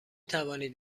توانید